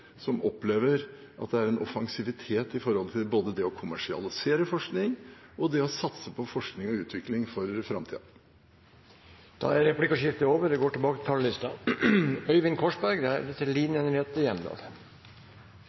sett opplever vel nesten alle områder en offensivitet i forhold til både det å kommersialisere forskning og det å satse på forskning og utvikling for framtiden. Da er replikkordskiftet over.